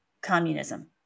communism